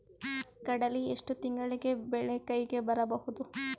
ಕಡಲಿ ಎಷ್ಟು ತಿಂಗಳಿಗೆ ಬೆಳೆ ಕೈಗೆ ಬರಬಹುದು?